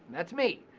that's me.